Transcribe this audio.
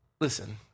listen